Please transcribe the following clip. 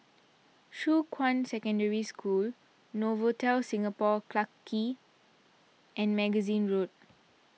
Shuqun Secondary School Novotel Singapore Clarke Quay and Magazine Road